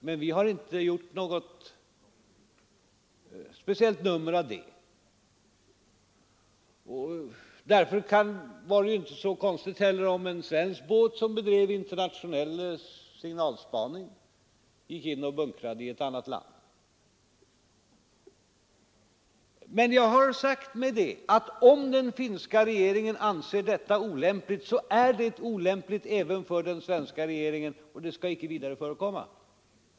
Men vi har inte gjort något speciellt nummer av det. Därför var det ju inte heller så konstigt om en svensk båt, som bedrev internationell signalspaning, gick in och bunkrade i ett annat land. Men jag har sagt mig att om den finska regeringen anser detta olämpligt, är det olämpligt även för den svenska regeringen, och det skall icke vidare förekomma.